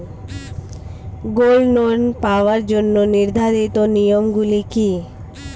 Gold loan পাওয়ার জন্য নির্ধারিত নিয়ম গুলি কি?